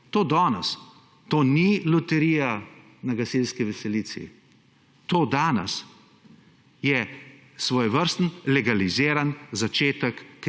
to danes, to ni loterija na gasilski veselici. To danes je svojevrsten legaliziran začetek